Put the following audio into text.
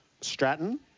Stratton